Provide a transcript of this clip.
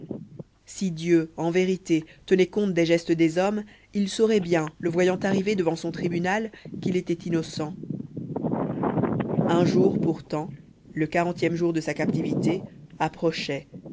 si dieu en vérité tenait compte des gestes des hommes il saurait bien le voyant arriver devant son tribunal qu'il était innocent un jour pourtant le quarantième jour de sa captivité approchait